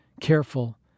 Careful